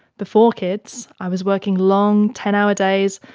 before kids i was working long ten hour days,